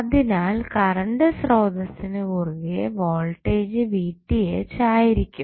അതിനാൽ കറണ്ട് സ്രോതസ്സിന് കുറുകെ വോൾടേജ് ആയിരിക്കും